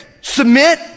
submit